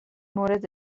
مورد